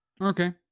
Okay